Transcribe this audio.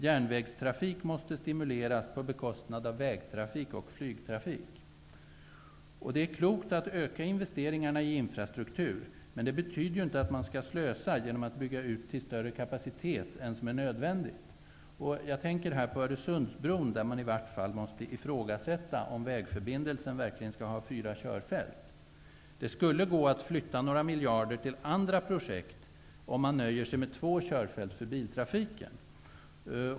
Järnvägstrafik måste stimuleras på bekostnad av vägtrafik och flygtrafik. Det är klokt att öka investeringarna i infrastruktur, men det betyder ju inte att man skall slösa genom att bygga ut till större kapacitet än nödvändigt. Jag tänker på Öresundsbron, där man i varje fall måste ifrågasätta om vägförbindelsen skall ha fyra körfält. Det skulle gå att flytta några miljarder till andra projekt om man nöjer sig med två körfält för biltrafiken.